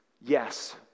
yes